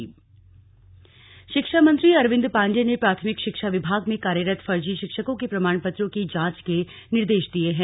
निर्देश शिक्षा मंत्री अरविन्द पाण्डेय ने प्राथमिक शिक्षा विभाग में कार्यरत फर्जी शिक्षकों के प्रमाण पत्रों की जांच के निर्देश दिए हैं